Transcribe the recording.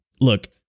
Look